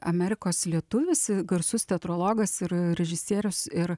amerikos lietuvis i garsus teatrologas ir režisierius ir